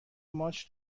ماچ